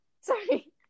Sorry